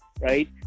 right